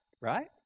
right